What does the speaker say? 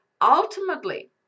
Ultimately